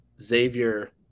Xavier